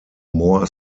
more